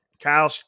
Kyle